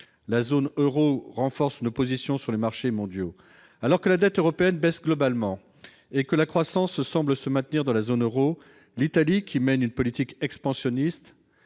la zone Euro renforce nos positions sur les marchés mondiaux, alors que la dette européenne baisse globalement et que la croissance semble se maintenir dans la zone Euro, l'Italie, qui mène une politique expansionniste